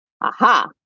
Aha